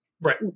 Right